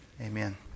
Amen